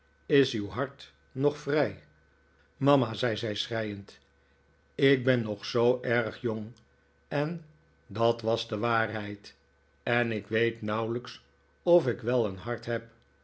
is uw hart nog vrij mama zei zij schreiend ik ben nog zoo erg jong en dat was de waarheid en ik weet nauwelijks of ik wel een hart heb